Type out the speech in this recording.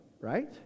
right